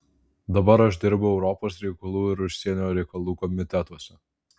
dabar aš dirbu europos reikalų ir užsienio reikalų komitetuose